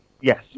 Yes